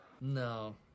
No